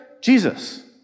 Jesus